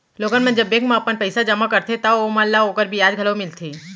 लोगन मन जब बेंक म अपन पइसा जमा करथे तव ओमन ल ओकर बियाज घलौ मिलथे